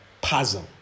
puzzle